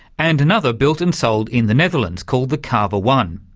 and another built and sold in the netherlands called the carver one.